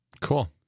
Cool